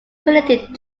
credited